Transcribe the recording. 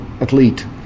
athlete